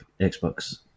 Xbox